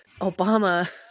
obama